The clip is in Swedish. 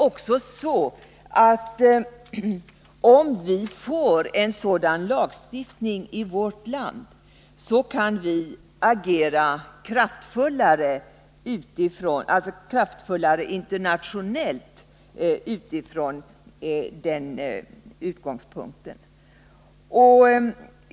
Om vi får en sådan lagstiftning i vårt land kan vi naturligtvis agera kraftfullare internationellt.